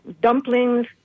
dumplings